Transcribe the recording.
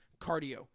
Cardio